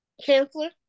Chancellor